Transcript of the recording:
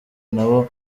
nabo